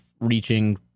reaching